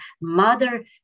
mother